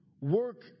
work